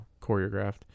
choreographed